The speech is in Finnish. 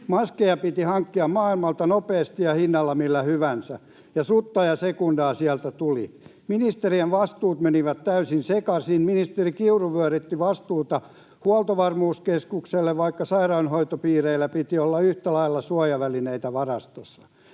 Maskeja piti hankkia maailmalta nopeasti ja hinnalla millä hyvänsä, ja sutta ja sekundaa sieltä tuli. Ministerien vastuut menivät täysin sekaisin: Ministeri Kiuru vieritti vastuuta Huoltovarmuuskeskukselle, vaikka sairaanhoitopiireillä piti olla yhtä lailla suojavälineitä varastossa.